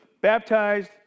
baptized